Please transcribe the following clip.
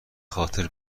خاطر